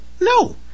no